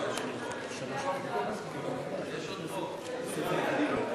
מס (תיקוני חקיקה),